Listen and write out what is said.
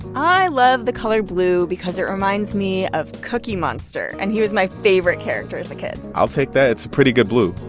i love the color blue because it reminds me of cookie monster. and he was my favorite character as a kid i'll take that. it's a pretty good blue.